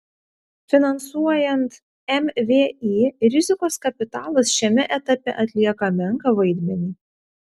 finansuojant mvį rizikos kapitalas šiame etape atlieka menką vaidmenį